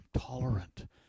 tolerant